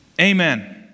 Amen